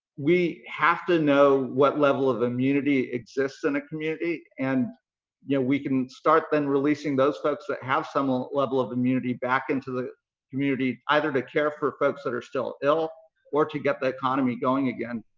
we have to know what level of immunity exists in a community, and yeah we can start then releasing those folks that have some level of immunity back into the community, either to care for folks that are still ill or to get the economy going again.